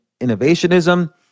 innovationism